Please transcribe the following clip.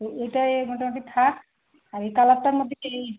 তো এটাই মোটামুটি থাক আর এই কালারটার মধ্যে কি